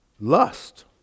lust